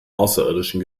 außerirdischen